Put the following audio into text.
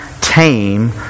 tame